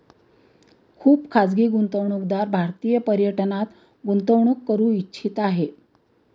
खुप खाजगी गुंतवणूकदार भारतीय पर्यटनात गुंतवणूक करू इच्छित आहे